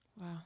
wow